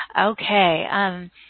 Okay